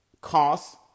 cost